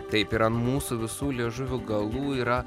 taip i an mūsų visų liežuvių galų yra